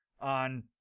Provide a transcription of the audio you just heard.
on